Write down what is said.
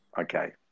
Okay